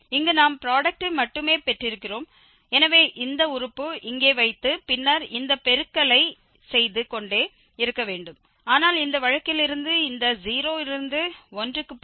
இங்கு நாம் ப்ராடக்டை மட்டுமே பெற்றிருக்கிறோம் எனவே இந்த உறுப்பு இங்கே வைத்து பின்னர் இந்த பெருக்களை செய்து கொண்டே இருக்கவேண்டும் ஆனால் இந்த வழக்கில் இருந்து இந்த 0 இருந்து 1க்கு போகிறது